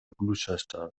gloucester